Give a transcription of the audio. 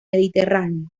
mediterráneo